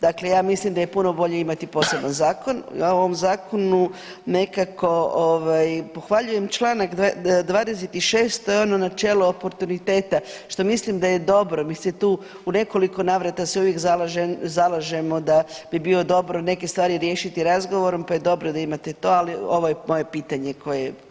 Dakle, ja mislim da je puno bolje imati poseban zakon, a u ovom zakonu nekako ovaj pohvaljujem čl. 26., to je ono načelo oportuniteta, što mislim da je dobro, mi se tu u nekoliko navrata se uvijek zalažemo da bi bilo dobro neke stvari riješiti razgovorom, pa je dobro da imate to, ali ovo je moje pitanje koje je upućeno vama.